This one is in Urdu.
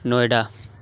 نوئیڈا